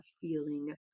feeling